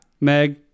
meg